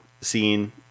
Scene